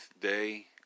day